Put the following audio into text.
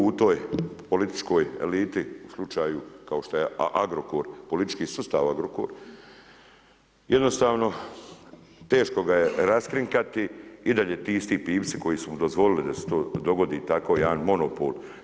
Onaj tko je bio tu u toj političkoj eliti, slučaju kao što je Agrokor, politički sustav Agrokor, jednostavno teško ga je raskrinkati, i dalje ti isti pivci koji su dozvolili da se to dogodi, tako jedan monopol.